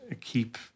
keep